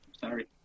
Sorry